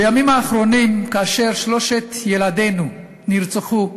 בימים האחרונים, כאשר שלושת ילדינו נרצחו,